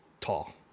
tall